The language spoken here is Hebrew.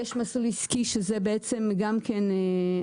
יש מסלול עסקי שזה בעצם גם כן,